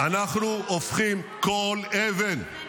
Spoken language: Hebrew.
נא לצאת, חבר הכנסת נאור שירי.